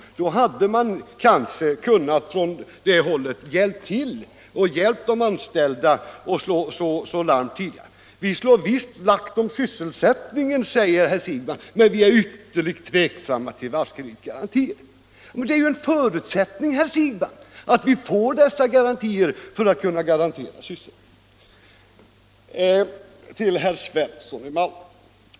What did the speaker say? Man hade kanske från det hållet kunnat hjälpa de anställda att slå larm tidigare. Vi slår visst vakt om sysselsättningen, säger herr Siegbahn, men vi är ytterligt tveksamma till varvskreditgarantier. Men det är ju en förutsättning, herr Siegbahn, att vi får dessa garantier för att kunna garantera sysselsättningen. Till herr Svensson i Malmö vill jag sedan säga några ord.